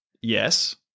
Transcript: Yes